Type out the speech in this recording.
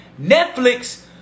Netflix